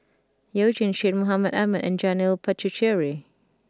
you Jin Syed Mohamed Ahmed and Janil Puthucheary